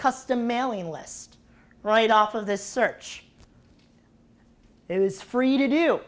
custom mailing list right off of the search is free to do